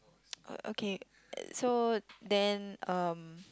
oh oh okay uh so then um